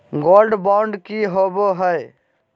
Gold bond की होबो है?